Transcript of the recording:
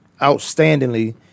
outstandingly